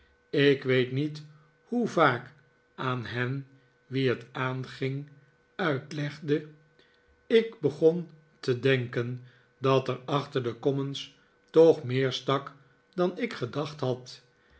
ik weet niet hoe vaak aan hen wie het aanging uitlegde ik begon te denken dat er achter de commons toch meer stak dan ik gedacht had